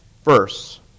Verse